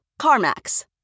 CarMax